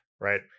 right